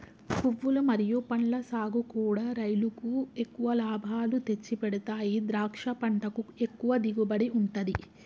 పువ్వులు మరియు పండ్ల సాగుకూడా రైలుకు ఎక్కువ లాభాలు తెచ్చిపెడతాయి ద్రాక్ష పంటకు ఎక్కువ దిగుబడి ఉంటది